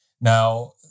Now